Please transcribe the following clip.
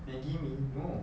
maggi mee no